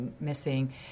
missing